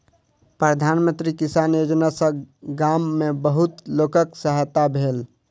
प्रधान मंत्री किसान योजना सॅ गाम में बहुत लोकक सहायता भेल